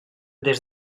des